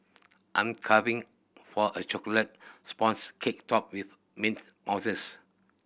I'm craving for a chocolate sponge cake topped with mint mousses